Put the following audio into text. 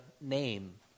name